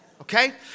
okay